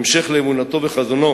המשך לאמונתו וחזונו